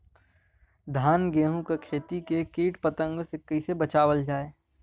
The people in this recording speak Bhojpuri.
धान गेहूँक खेती के कीट पतंगों से कइसे बचावल जाए?